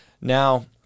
Now